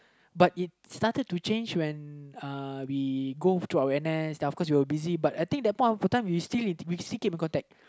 but it started to change when uh we go through our N_S then of course we were busy but I think that point of time we still we still keep in contact